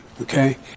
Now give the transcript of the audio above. Okay